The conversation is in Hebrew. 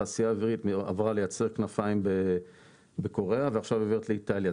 התעשייה האווירית עברה לייצר כנפיים בקוריאה ועכשיו היא עוברת לאיטליה.